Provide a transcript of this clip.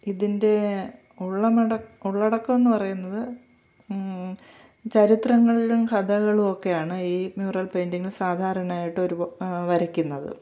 ഇതിൻ്റെ ഉള്ളടക്കമെന്ന് പറയുന്നത് ചരിത്രങ്ങളിലും കഥകളുമൊക്കെയാണ് ഈ മ്യൂറൽ പെയിൻ്റിങ്ങ് സാധാരണയായിട്ട് ഒരു വരക്കുന്നത്